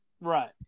Right